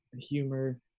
humor